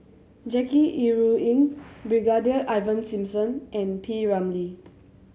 Jackie Yi Ru Ying Brigadier Ivan Simson and P Ramlee